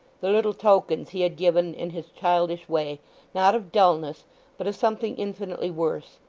the little tokens he had given in his childish way not of dulness but of something infinitely worse,